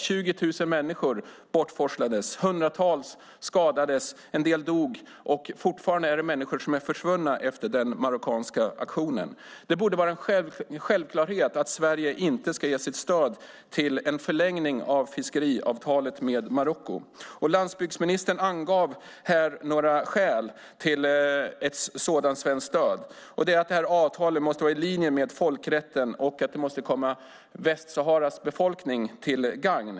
20 000 människor bortforslades, hundratals skadades, en del dog och fortfarande är det människor som är försvunna efter den marockanska aktionen. Det borde vara en självklarhet att Sverige inte ska ge sitt stöd till en förlängning av fiskeavtalet med Marocko. Landsbygdsministern angav här några skäl till ett svenskt stöd. Det är att de här avtalen måste vara i linje med folkrätten och att det måste komma Västsaharas befolkning till gagn.